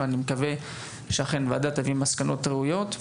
אני מקווה שהוועדה תביא מסקנות ראויות.